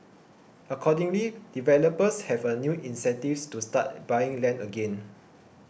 accordingly developers have a new incentives to start buying land again